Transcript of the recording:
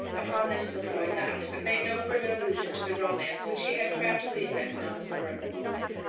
upon this lefroy laughed, but made no further allusion to the romance which he had craftily invented on the spur of the moment.